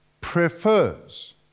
prefers